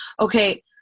okay